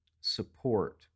support